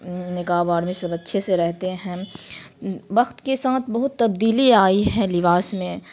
نقاب میں سب اچھے سے رہتے ہیں وقت کے ساتھ بہت تبدیلی آئی ہے لباس میں